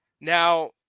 Now